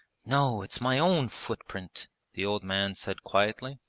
no, it's my own footprint the old man said quietly,